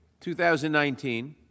2019